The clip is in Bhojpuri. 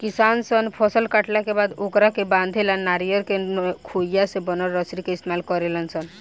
किसान सन फसल काटला के बाद ओकरा के बांधे ला नरियर के खोइया से बनल रसरी के इस्तमाल करेले सन